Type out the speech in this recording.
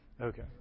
Okay